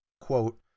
quote